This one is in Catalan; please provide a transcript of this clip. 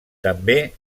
també